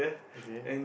okay